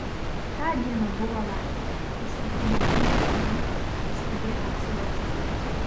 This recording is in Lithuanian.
tą dieną buvo laisvas ir su pagirtinu uolumu išskubėjo apsiuostyti